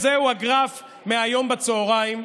זהו הגרף מהיום בצוהריים,